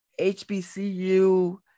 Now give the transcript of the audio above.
HBCU